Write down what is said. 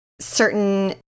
certain